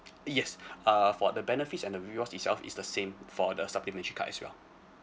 yes uh for the benefits and the rewards itself is the same for the supplement card as well